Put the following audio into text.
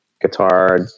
guitar